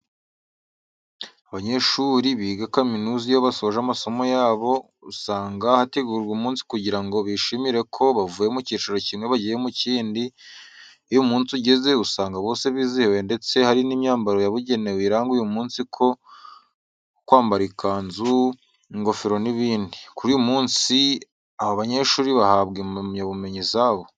Abanyeshuri biga kaminuza iyo basoje amasomo yabo, usanga hategurwa umunsi kugira ngo bishimire ko bavuye mu cyiciro kimwe bagiye mu kindi, iyo uyu munsi ugeze usanga bose bizihiwe ndetse hari n'imyambaro yabugenewe iranga uyu munsi nko kwambara ikanzu, ingofero n'ibindi. Kuri uyu munsi aba banyeshuri bahabwa impamyabumenyi zabo.